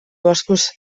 boscos